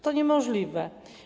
To niemożliwe.